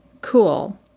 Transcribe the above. cool